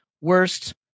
worst